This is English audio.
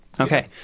Okay